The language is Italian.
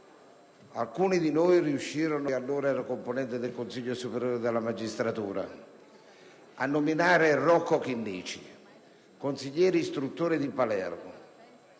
- riuscirono a nominare Rocco Chinnici consigliere istruttore di Palermo